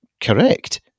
correct